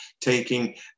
taking